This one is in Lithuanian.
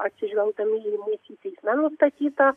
atsižvelgdami į mūsų teisme nustatytą